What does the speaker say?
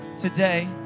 today